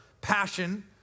passion